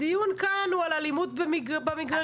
הדיון כאן הוא על אלימות במגרשים.